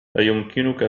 أيمكنك